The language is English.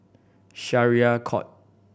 Syariah Court